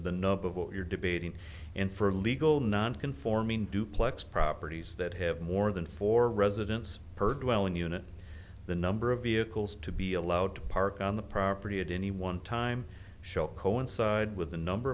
what you're debating and for legal non conforming duplex properties that have more than four residents per dwelling unit the number of vehicles to be allowed to park on the property at any one time shall coincide with the number